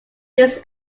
this